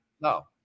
No